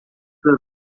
luta